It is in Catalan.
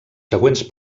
següents